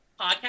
podcast